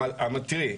תראי,